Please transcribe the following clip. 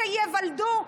שייוולדו,